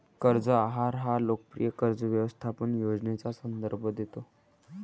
कर्ज आहार हा लोकप्रिय कर्ज व्यवस्थापन योजनेचा संदर्भ देतो